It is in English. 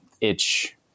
itch